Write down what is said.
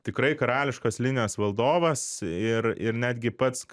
tikrai karališkos linijos valdovas ir ir netgi pats